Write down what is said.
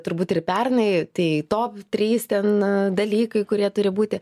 turbūt ir pernai tai top trys ten dalykai kurie turi būti